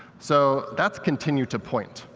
so that's continued to point.